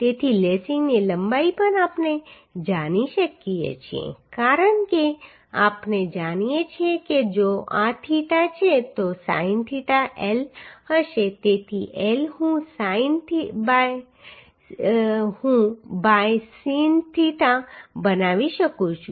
તેથી લેસિંગની લંબાઈ પણ આપણે જાણી શકીએ છીએ કારણ કે આપણે જાણીએ છીએ કે જો આ થીટા છે તો સિન થીટા L હશે તેથી L હું બાય સિન થીટા બનાવી શકું છું